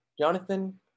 Jonathan